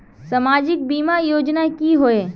सामाजिक बीमा योजना की होय?